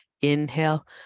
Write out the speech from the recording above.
Inhale